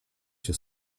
się